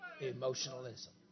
emotionalism